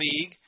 league